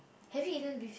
have you eaten beef